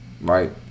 Right